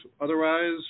Otherwise